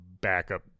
Backup